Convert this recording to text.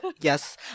yes